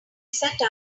set